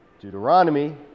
deuteronomy